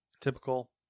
typical